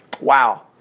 Wow